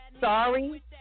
Sorry